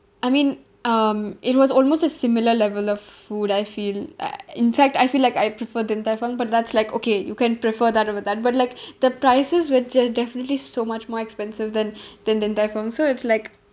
I mean um it was almost a similar level of food I feel uh in fact I feel like I prefer din tai fung but that's like okay you can prefer that over that but like the prices were ju~ definitely so much more expensive than than din tai fung so it's like